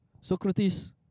Socrates